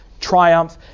Triumph